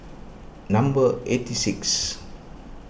number eighty six